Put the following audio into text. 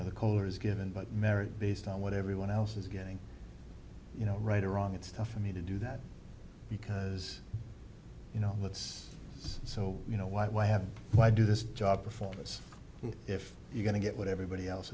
know the caller is given but merit based on what everyone else is getting you know right or wrong it's tough for me to do that because you know that's so you know why why have why do this job performance if you're going to get what everybody else